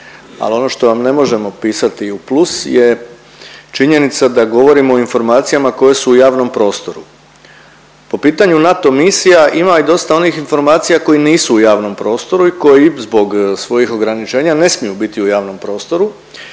ali ono što vam ne možemo pisati u plus je činjenica da govorimo o informacijama koje su u javnom prostoru. Po pitanju NATO misija ima i dosta onih informacija koji nisu u javnom prostoru i koji zbog svojih ograničenja ne smiju biti u javnom prostoru,